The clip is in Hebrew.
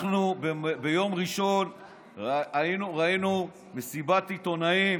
ביום ראשון ראינו מסיבת עיתונאים